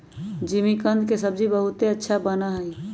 जिमीकंद के सब्जी बहुत अच्छा बना हई